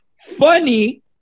funny